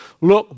look